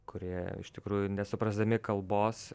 kurie iš tikrųjų nesuprasdami kalbos